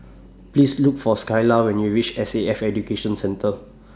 Please Look For Skyla when YOU REACH S A F Education Centre